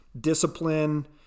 discipline